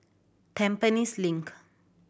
Tampines Link